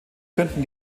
könnten